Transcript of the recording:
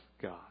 God